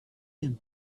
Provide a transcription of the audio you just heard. him